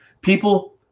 people